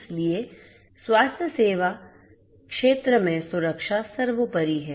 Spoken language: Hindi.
इसलिए स्वास्थ्य सेवा क्षेत्र में सुरक्षा सर्वोपरि है